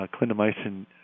clindamycin